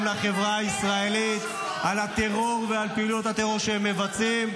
לחברה הישראלית על הטרור ועל פעילויות הטרור שהם מבצעים.